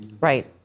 right